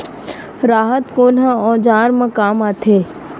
राहत कोन ह औजार मा काम आथे?